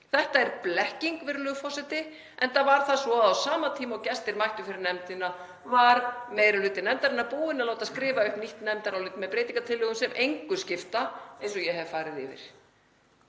Þetta er blekking, virðulegur forseti, enda var það svo að á sama tíma og gestir mættu fyrir nefndina var meiri hluti nefndarinnar búinn að láta skrifa upp nýtt nefndarálit með breytingartillögum sem engu skipta, eins og ég hef farið yfir.